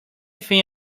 thing